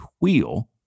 wheel